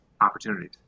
opportunities